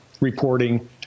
reporting